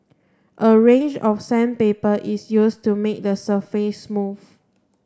a range of sandpaper is used to make the surface smooth